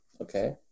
Okay